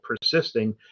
persisting